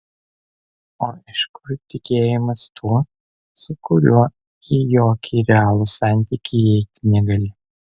o iš kur tikėjimas tuo su kuriuo į jokį realų santykį įeiti negali